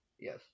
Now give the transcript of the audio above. Yes